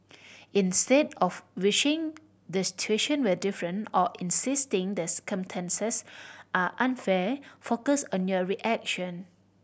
instead of wishing the situation were different or insisting the circumstances are unfair focus on your reaction